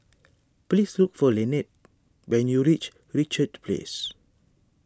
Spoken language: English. please look for Lynette when you reach Richards Place